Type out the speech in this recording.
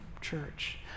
church